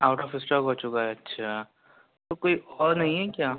out of stock ہو چُکا ہے اچھا تو کوئی اور نہیں ہے کیا